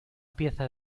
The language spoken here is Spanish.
pieza